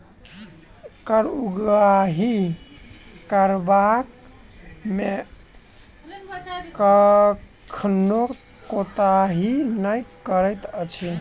कर उगाही करबा मे कखनो कोताही नै करैत अछि